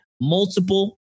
multiple